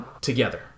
together